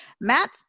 Matt